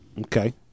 Okay